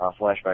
Flashback